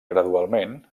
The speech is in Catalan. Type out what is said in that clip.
gradualment